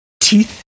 teeth